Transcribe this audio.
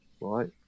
right